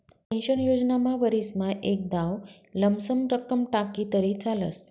pension योजनामा वरीसमा एकदाव लमसम रक्कम टाकी तरी चालस